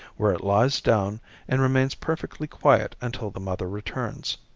where it lies down and remains perfectly quiet until the mother returns.